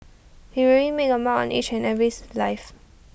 he really made A mark on each and life